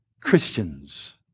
Christians